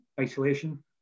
isolation